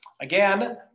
again